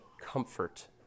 comfort